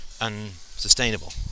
unsustainable